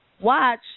watch